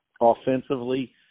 offensively